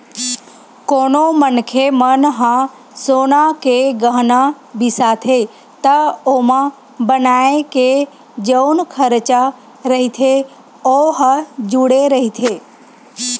कोनो मनखे मन ह सोना के गहना बिसाथे त ओमा बनाए के जउन खरचा रहिथे ओ ह जुड़े रहिथे